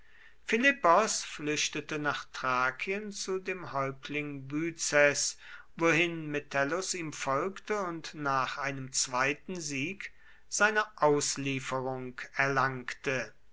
philippos flüchtete nach thrakien zu dem häuptling byzes wohin metellus ihm folgte und nach einem zweiten sieg seine auslieferung erlangte